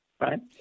Right